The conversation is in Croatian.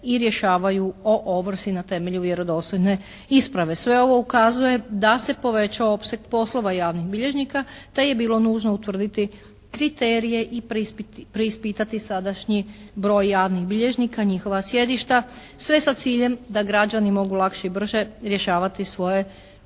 i rješavaju o ovrsi na temelju vjerodostojne isprave. Sve ovo ukazuje da se povećao opseg poslova javnih bilježnika te je bilo nužno utvrditi kriterije i preispitati sadašnji broj javnih bilježnika, njihova sjedišta sve sa ciljem da građani mogu lakše i brže rješavati svoje